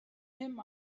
him